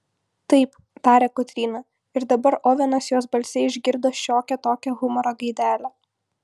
taip tarė kotryna ir dabar ovenas jos balse išgirdo šiokią tokią humoro gaidelę